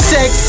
Sex